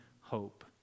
hope